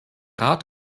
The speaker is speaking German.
rat